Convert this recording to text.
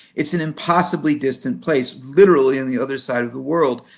it's an impossibly distant place literally on the other side of the world,